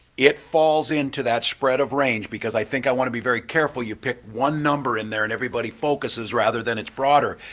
it falls into that spread of range, because i think i want to be very careful, you pick one number in there and everybody focuses rather than it's broader.